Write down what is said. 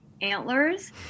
antlers